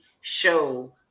show